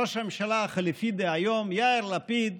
ראש הממשלה החליפי דהיום יאיר לפיד,